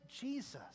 Jesus